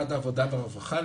למשרד העבודה והרווחה.